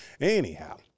Anyhow